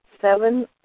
seven